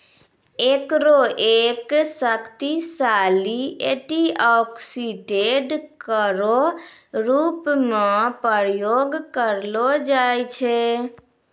एकरो एक शक्तिशाली एंटीऑक्सीडेंट केरो रूप म प्रयोग करलो जाय छै